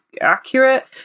accurate